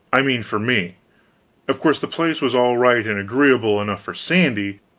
i mean, for me of course the place was all right and agreeable enough for sandy,